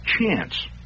chance